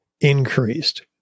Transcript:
increased